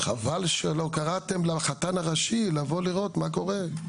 חבל שלא קראתם לחתן הראשי לבוא ולראות מה קורה.